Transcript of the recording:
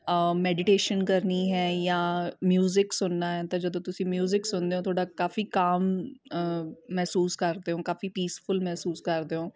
meditation ਕਰਨੀ ਹੈ ਜਾਂ ਮਿਊਜ਼ਿਕ ਸੁਣਨਾ ਹੈ ਤਾਂ ਜਦੋਂ ਤੁਸੀਂ ਮਿਊਜ਼ਿਕ ਸੁਣਦੇ ਹੋ ਤੁਹਾਡਾ ਕਾਫੀ ਕਾਮ ਮਹਿਸੂਸ ਕਰਦੇ ਹੋ ਕਾਫੀ ਪੀਸਫੁਲ ਮਹਿਸੂਸ ਕਰਦੇ ਹੋ